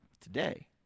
Today